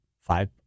Five